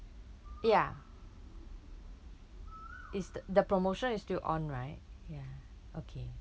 ya is th~ the promotion is still on right ya okay